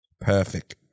perfect